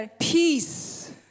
Peace